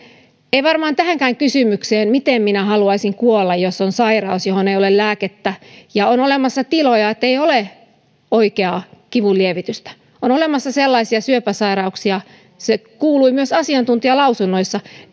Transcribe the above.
ei varmaan ole antaa mitään tähänkään kysymykseen miten minä haluaisin kuolla jos on sairaus johon ei ole lääkettä ja on olemassa tiloja ettei ole oikeaa kivunlievitystä on olemassa sellaisia syöpäsairauksia se kuului myös asiantuntijalausunnoissa